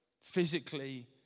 physically